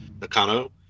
Nakano